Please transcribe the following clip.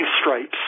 stripes